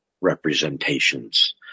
representations